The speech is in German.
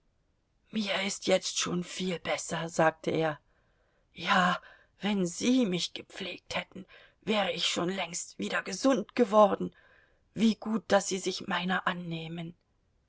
mir ist jetzt schon viel besser sagte er ja wenn sie mich gepflegt hätten wäre ich schon längst wieder gesund geworden wie gut daß sie sich meiner annehmen